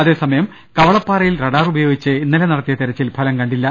അതേസമയം കവളപ്പാറയിൽ റഡാർ ഉപയോഗിച്ച് ഇന്നലെ നടത്തിയ തെരച്ചിൽ ഫലം കണ്ടില്ല